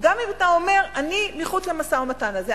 גם אם אתה אומר: אני מחוץ למשא-ומתן הזה,